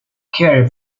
care